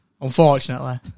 unfortunately